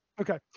Okay